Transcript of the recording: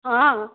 ହଁ